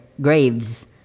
graves